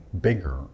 bigger